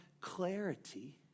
clarity